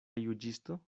juĝisto